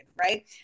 right